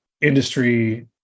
industry